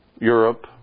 Europe